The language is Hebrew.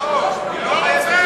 היא לא רוצה.